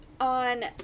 on